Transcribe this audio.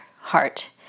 heart